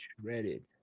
shredded